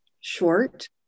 short